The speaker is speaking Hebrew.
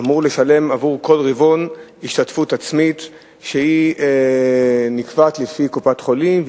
אמור לשלם עבור כל רבעון השתתפות עצמית שנקבעת לפי קופת-החולים,